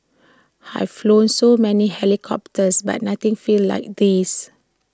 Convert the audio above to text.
have flown so many helicopters but nothing feels like this